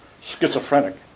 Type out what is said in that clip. schizophrenic